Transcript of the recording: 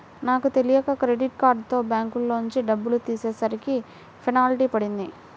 నాకు తెలియక క్రెడిట్ కార్డుతో బ్యాంకులోంచి డబ్బులు తీసేసరికి పెనాల్టీ పడింది